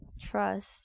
trust